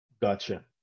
gotcha